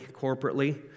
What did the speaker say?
corporately